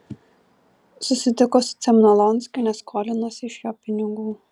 susitiko su cemnolonskiu nes skolinosi iš jo pinigų